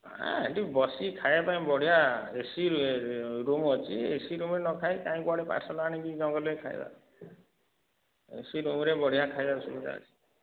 ନା ସେଠି ବସିକି ଖାଇବା ପାଇଁ ବଢ଼ିଆ ଏ ସି ରୁମ୍ ଅଛି ଏ ସି ରୁମ୍ରେ ନଖାଇ କାଇଁ କୁଆଡ଼େ ପାର୍ଶଲ୍ ଆଣିକି ଜଙ୍ଗଲରେ ଖାଇବା ଏ ସି ରୁମ୍ରେ ବଢ଼ିଆ ଖାଇବା ସୁବିଧା ଅଛି